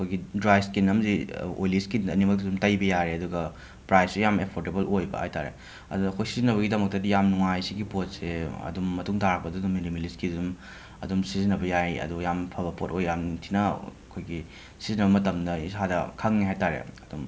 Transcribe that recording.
ꯑꯩꯈꯣꯏꯒꯤ dry skin ꯑꯃꯗꯤ oily skin ꯑꯅꯤꯃꯛ ꯑꯗꯨꯝ ꯇꯩꯕ ꯌꯥꯔꯦ ꯑꯗꯨꯒ ꯄ꯭ꯔꯥꯏꯁꯁꯨ ꯌꯥꯝꯅ ꯑꯦꯐꯣꯔꯗꯦꯕꯜ ꯑꯣꯏꯕ ꯍꯥꯏꯇꯥꯔꯦ ꯑꯗꯣ ꯑꯩꯈꯣꯏ ꯁꯤꯖꯤꯟꯅꯕꯒꯤꯗꯃꯛꯇꯗꯤ ꯌꯥꯝꯅ ꯅꯨꯡꯉꯥꯏ ꯑꯁꯤꯒꯤ ꯄꯣꯠꯁꯦ ꯑꯗꯨꯝ ꯃꯇꯨꯡ ꯇꯥꯔꯛꯄꯗ ꯃꯤꯅꯤꯃꯦꯂꯤꯁꯀꯤ ꯑꯗꯨꯝ ꯑꯗꯨꯝ ꯁꯤꯖꯤꯟꯅꯕ ꯌꯥꯏ ꯑꯗꯣ ꯌꯥꯝ ꯐꯕ ꯄꯣꯠ ꯑꯣꯏ ꯌꯥꯝ ꯊꯤꯅ ꯑꯩꯈꯣꯏꯒꯤ ꯁꯤꯖꯤꯟꯅꯕ ꯃꯇꯝꯗ ꯏꯁꯥꯗ ꯈꯪꯉꯦ ꯍꯥꯏꯇꯥꯔꯦ ꯑꯗꯨꯝ